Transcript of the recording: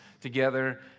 together